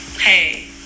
hey